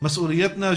בסקטור הכללי של